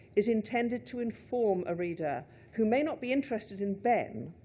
is intended to inform a reader who may not be interested in behn,